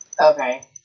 Okay